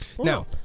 Now